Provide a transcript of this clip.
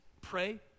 Pray